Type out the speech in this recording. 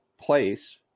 place